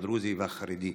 הדרוזי והחרדי.